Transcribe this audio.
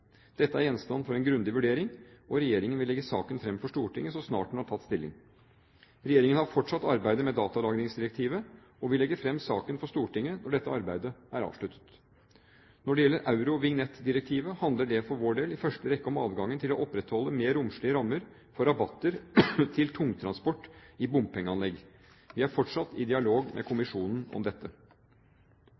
Dette er gjenstand for en grundig vurdering, og regjeringen vil legge saken fram for Stortinget så snart den har tatt stilling. Regjeringen har fortsatt arbeidet med datalagringsdirektivet og vil legge saken fram for Stortinget når dette arbeidet er avsluttet. Når det gjelder Eurovignettdirektivet, handler det for vår del i første rekke om adgangen til å opprettholde mer romslige rammer for rabatter til tungtransport i bompengeanlegg. Vi er fortsatt i dialog med kommisjonen om dette.